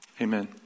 amen